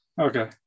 Okay